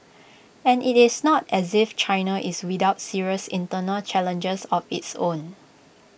and IT is not as if China is without serious internal challenges of its own